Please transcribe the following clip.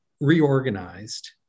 reorganized